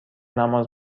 نماز